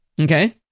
Okay